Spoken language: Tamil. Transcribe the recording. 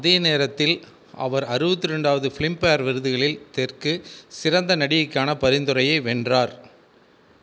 அதே நேரத்தில் அவர் அறுபத்ரெண்டாவது ஃபிலிம்பேர் விருதுகளில் தெற்கு சிறந்த நடிகைக்கான பரிந்துரையை வென்றார்